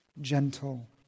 gentle